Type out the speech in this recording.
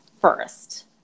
first